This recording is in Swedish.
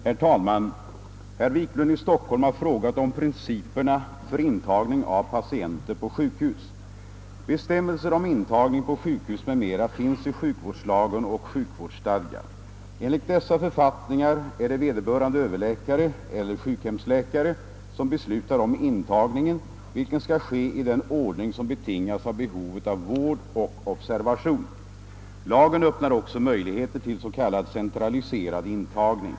Herr talman! Herr Wiklund i Stock holm har frågat om principerna för intagning av patienter på sjukhus. Bestämmelser om intagning på sjukhus m.m. finns i sjukvårdslagen och sjukvårdsstadgan. Enligt dessa författningar är det vederbörande överläkare eller sjukhemsläkare som beslutar om intagningen, vilken skall ske i den ordning som betingas av behovet av vård och observation. Lagen öppnar också möjligheter till s.k. centraliserad intagning.